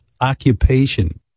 occupation